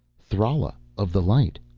thrala of the light.